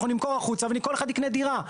אנחנו רוצים למכור וכל אחד יקנה דירה.